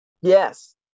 yes